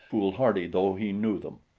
foolhardy though he knew them.